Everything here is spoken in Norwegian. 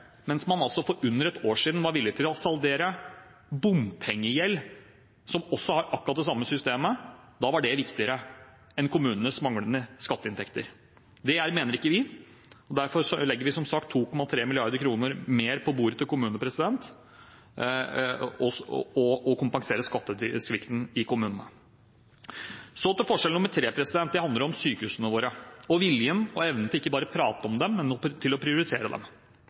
mens man altså for under ett år siden var villig til å sanere bompengegjeld, hvor man har akkurat det samme systemet. Da var det viktigere enn kommunenes manglende skatteinntekter. Det mener ikke vi, og derfor legger vi som sagt 2,3 mrd. kr mer på bordet til kommunene og kompenserer skattesvikten i kommunene. Så til forskjell nr. 3. Det handler om sykehusene våre og viljen og evnen til å prioritere dem – ikke bare prate om dem: